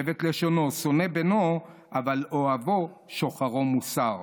שבט לשונו, שונא בנו, אבל אוהבו שוחרו מוסר.